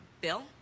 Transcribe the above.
bill